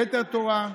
כתר תורה,